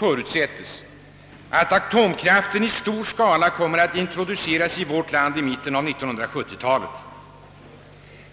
förutsättes att atomkraften i stor skala kommer att introduceras i vårt land i mitten av 1970-talet.